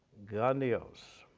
grandiose.